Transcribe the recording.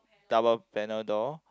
double panel door